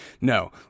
No